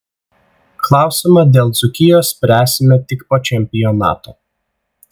klausimą dėl dzūkijos spręsime tik po čempionato